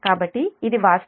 కాబట్టి ఇది వాస్తవానికి j0